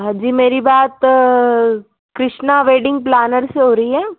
हाँ जी मेरी बात कृष्ण वेडिंग प्लानर से हो रही है